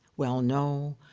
well, no.